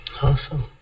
Awesome